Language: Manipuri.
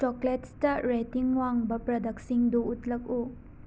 ꯆꯣꯀ꯭ꯂꯦꯠꯁꯇ ꯔꯦꯇꯤꯡ ꯋꯥꯡꯕ ꯄ꯭ꯔꯗꯛꯁꯤꯡꯗꯨ ꯎꯠꯂꯛꯎ